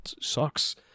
sucks